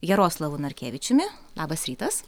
jaroslavu narkevičiumi labas rytas